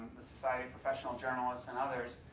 the society of professional journalists and others,